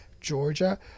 Georgia